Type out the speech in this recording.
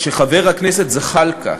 שכשחבר הכנסת זחאלקה